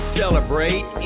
celebrate